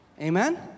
Amen